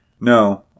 No